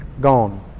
Gone